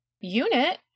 unit